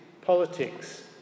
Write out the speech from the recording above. politics